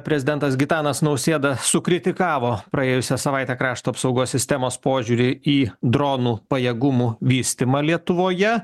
prezidentas gitanas nausėda sukritikavo praėjusią savaitę krašto apsaugos sistemos požiūrį į dronų pajėgumų vystymą lietuvoje